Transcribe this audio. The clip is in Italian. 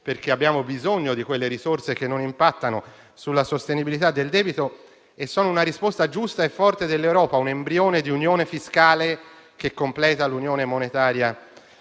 perché abbiamo bisogno di quelle risorse, che non impattano sulla sostenibilità del debito e sono una risposta giusta e forte dell'Europa (un embrione di unione fiscale che completa quella monetaria,